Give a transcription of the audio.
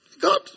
God